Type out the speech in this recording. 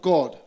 God